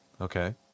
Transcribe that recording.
Okay